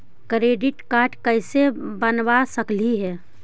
Credit card कैसे बनबा सकली हे?